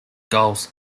goals